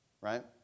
right